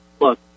look